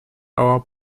our